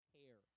care